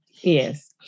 Yes